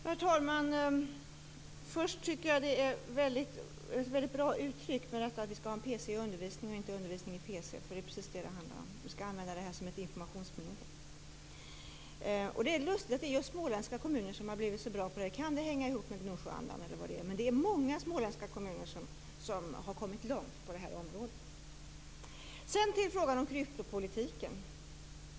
Herr talman! Jag tycker att det är ett väldigt bra uttryck att vi skall ha en PC i undervisningen och inte undervisning i PC, för det är precis vad detta handlar om. Det skall användas som ett informationsmedel. Det är lustigt att just småländska kommuner har blivit så bra på detta. Kan det hänga ihop med Gnosjöandan? Det är många småländska kommuner som har kommit långt på det här området. Sedan över till frågan om kryptopolitiken.